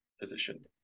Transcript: position